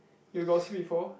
you got see before